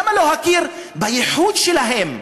למה לא להכיר בישות שלהם,